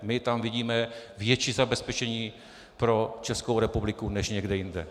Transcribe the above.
My tam vidíme větší zabezpečení pro Českou republiku než někde jinde.